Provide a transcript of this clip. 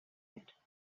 wird